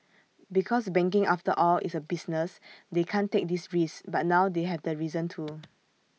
because banking after all is A business they can't take these risks but now they have the reason to